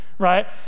right